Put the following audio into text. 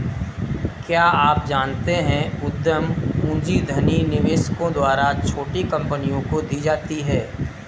क्या आप जानते है उद्यम पूंजी धनी निवेशकों द्वारा छोटी कंपनियों को दी जाती है?